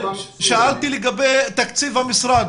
שאלתי לגבי תקציב המשרד,